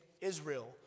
Israel